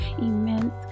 immense